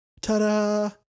Ta-da